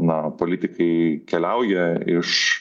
na politikai keliauja iš